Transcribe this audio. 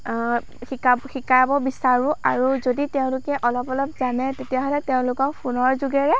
শিকাব শিকাব বিচাৰোঁ আৰু যদি তেওঁলোকে অলপ অলপ জানে তেতিয়াহ'লে তেওঁলোকক ফোনৰ যোগেৰে